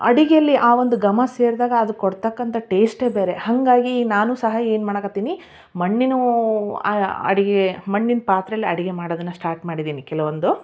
ಅಡುಗೆಯಲ್ಲಿ ಆ ಒಂದು ಘಮ ಸೇರಿದಾಗ ಅದು ಕೊಡ್ತಕ್ಕಂಥ ಟೇಸ್ಟೆ ಬೇರೆ ಹಾಗಾಗೀ ನಾನು ಸಹ ಏನು ಮಾಡೋಕತ್ತೀನಿ ಮಣ್ಣಿನೂ ಅಡುಗೆ ಮಣ್ಣಿನ ಪಾತ್ರೆಯಲ್ ಅಡುಗೆ ಮಾಡೋದನ್ನ ಸ್ಟಾಟ್ ಮಾಡಿದೀನಿ ಕೆಲವೊಂದು